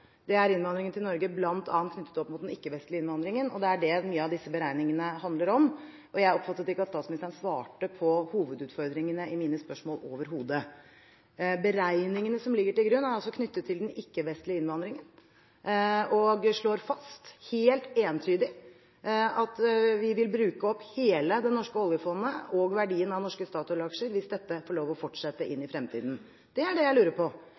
Det er innvandringen til Norge bl.a. knyttet opp mot den ikke-vestlige innvandringen. Det er det mye av disse beregningene handler om. Jeg oppfattet ikke at statsministeren svarte på hovedutfordringene i mine spørsmål overhodet. Beregningene som ligger til grunn, er altså knyttet til den ikke-vestlige innvandringen og slår fast, helt entydig, at vi vil bruke opp hele det norske oljefondet og verdien av norske Statoil-aksjer hvis dette får fortsette inn i fremtiden. Det er det jeg lurer på.